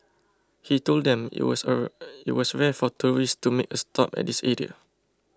he told them it was it was rare for tourists to make a stop at this area